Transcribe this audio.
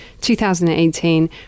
2018